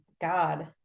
God